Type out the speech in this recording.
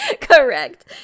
Correct